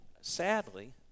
sadly